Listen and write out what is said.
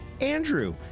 Andrew